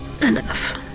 enough